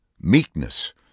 meekness